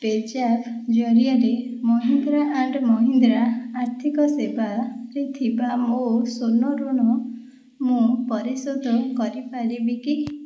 pay Zapp ଜରିଆରେ Mahindra and Mahindra ଆର୍ଥିକ ସେବାରେ ଥିବା ମୋ ସ୍ଵର୍ଣ୍ଣ ଋଣ ମୁଁ ପରିଶୋଧ କରିପାରିବି କି